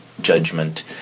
judgment